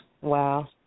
wow